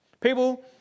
People